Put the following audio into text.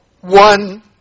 one